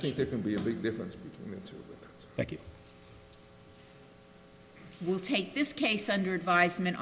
think there can be a big difference that will take this case under advisement